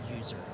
user